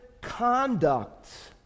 conduct